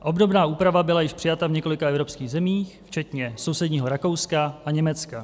Obdobná úprava byla již přijata v několika evropských zemích, včetně sousedního Rakouska a Německa.